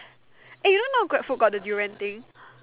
eh you know now grab food got the durian thing